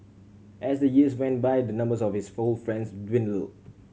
as the years went by the numbers of his four friends dwindled